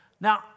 Now